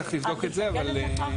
את מתנגדת לכך?